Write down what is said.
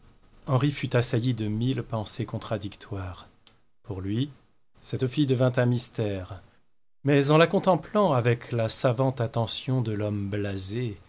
henri fut assailli de mille pensées contradictoires pour lui cette fille devint un mystère mais en la contemplant avec la savante attention de l'homme blasé